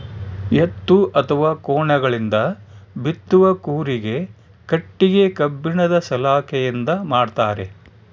ಎತ್ತು ಅಥವಾ ಕೋಣಗಳಿಂದ ಬಿತ್ತುವ ಕೂರಿಗೆ ಕಟ್ಟಿಗೆ ಕಬ್ಬಿಣದ ಸಲಾಕೆಯಿಂದ ಮಾಡ್ತಾರೆ